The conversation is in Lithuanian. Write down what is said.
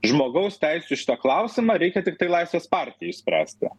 žmogaus teisių šitą klausimą reikia tiktai laisvės partijai spręsti